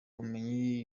bumenyi